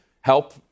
help